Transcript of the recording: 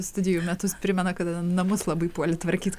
studijų metus primena kada namus labai puoli tvarkyt